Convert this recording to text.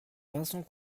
vincent